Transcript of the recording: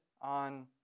on